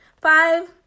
five